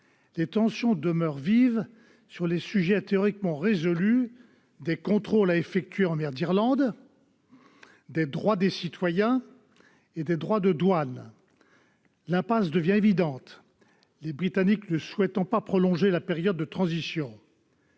Les tensions demeurent vives sur les sujets théoriquement résolus des contrôles à effectuer en mer d'Irlande, des droits des citoyens et des droits de douane. L'impasse devient évidente, les Britanniques ne souhaitant pas prolonger la période de transition.